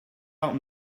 out